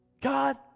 God